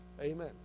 Amen